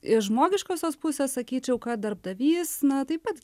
iš žmogiškosios pusės sakyčiau kad darbdavys na taip pat